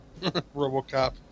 Robocop